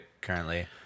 currently